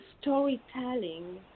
storytelling